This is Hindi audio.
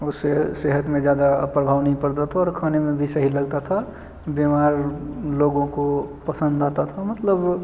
उससे सेहत में ज़्यादा प्रभाव नहीं पड़ता था और खाने में भी सही लगता था बीमार लोगों को पसंद आता था मतलब